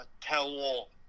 tell-all